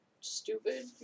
stupid